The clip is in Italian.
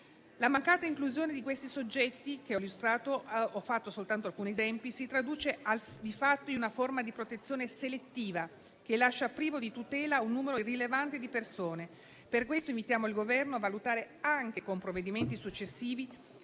La mancata inclusione dei soggetti che ho illustrato - ed ho portato soltanto alcuni esempi - si traduce, di fatto, in una forma di protezione selettiva, che lascia privo di tutela un numero rilevante di persone. Per questo invitiamo il Governo a valutare, anche con provvedimenti successivi,